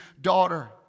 daughter